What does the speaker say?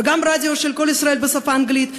וגם רדיו של "קול ישראל" בשפה האנגלית,